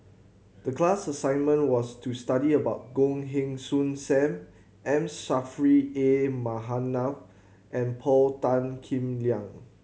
the class assignment was to study about Goh Heng Soon Sam M Saffri A Manaf and Paul Tan Kim Liang